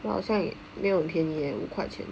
我好像也没有很便宜 eh 五块钱